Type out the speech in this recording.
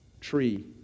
tree